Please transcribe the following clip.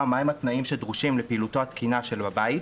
מהם התנאים שדרושים לפעילותו התקינה של הבית,